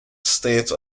state